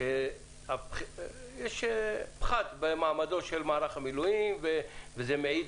שיש פחת במעמדו של מערך המילואים וזה מעיד